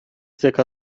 zirka